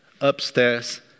upstairs